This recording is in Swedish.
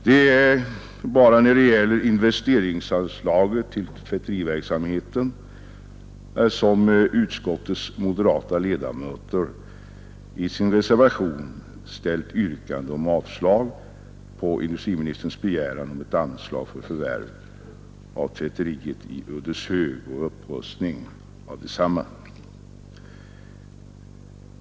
Det är bara när det gäller investeringsanslaget till tvätteriverksamheten som utskottets moderata ledamöter i sin reservation ställt yrkande om avslag på industriministerns begäran om ett anslag för förvärv av tvätteriet i Ödeshög och upprustning av detsamma.